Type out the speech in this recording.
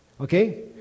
okay